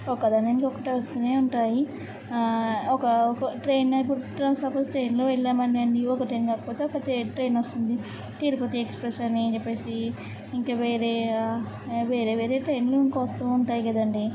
ఒకదానికి ఇంకొకటి వస్తూనే ఉంటాయి ఒక ఒక ట్రైన్ ఇప్పుడు సపోజ్ ట్రైన్లో వెళ్ళామని అండి ఒక ట్రైన్ కాకపోతే ఒక ట్రైన్ ట్రైన్ వస్తుంది తిరుపతి ఎక్స్ప్రెస్ అని చెప్పేసి ఇంకా వేరే వేరే వేరే ట్రైన్లు ఇంకో వస్తూ ఉంటాయి కదండి